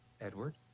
edward